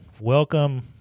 welcome